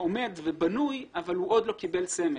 עומד ובנוי אבל הוא עוד לא קיבל סמל.